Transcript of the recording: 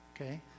okay